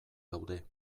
daude